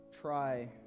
try